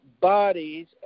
bodies